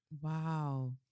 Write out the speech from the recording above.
Wow